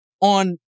on